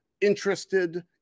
interested